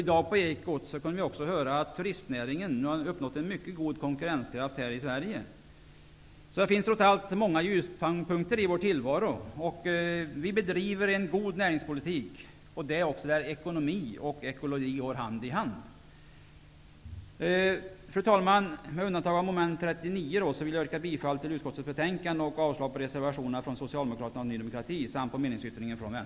I dag kunde vi på Ekot höra att turistnäringen nu har uppnått mycket god konkurrenskraft här i Sverige. Det finns trots allt många ljuspunkter i vår tillvaro. Vi bedriver en god näringspolitik, där ekonomi och ekologi går hand i hand. Fru talman! Med undantag av mom. 39 vill jag yrka bifall till utskottets hemställan och avslag på reservationerna från Socialdemokraterna och Ny demokrati samt på meningsyttringen från